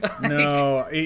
No